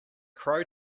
crow